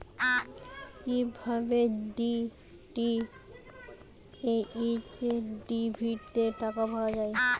কি ভাবে DTH TV তে টাকা ভরা হয়?